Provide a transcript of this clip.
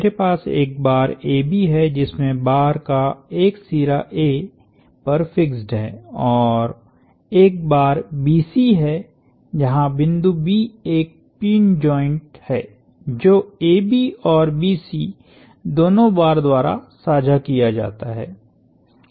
मेरे पास एक बार AB है जिसमे बार का एक सिरा A पर फिक्स्ड है और एक बार BC है जहां बिंदु B एक पिन जॉइंट पिन जॉइंट है जो AB और BC दोनों बार द्वारा साझा किया जाता है